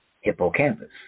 hippocampus